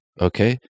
Okay